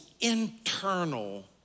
internal